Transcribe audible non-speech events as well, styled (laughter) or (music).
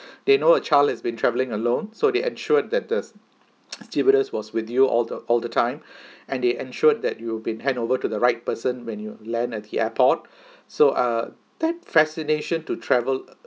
they know a child is been travelling alone so they ensured that the (noise) stewardess was with you all the all the time (breath) and they ensured that you been hand over to the right person when you land at the airport (breath) so uh that fascination to travel